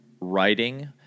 Writing